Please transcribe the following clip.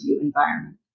environment